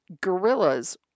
Gorillas